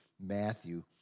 Matthew